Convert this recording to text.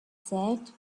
said